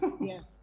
Yes